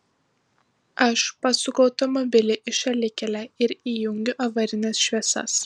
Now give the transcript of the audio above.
aš pasuku automobilį į šalikelę ir įjungiu avarines šviesas